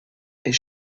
est